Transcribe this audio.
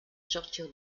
sortir